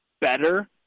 better